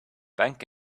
bank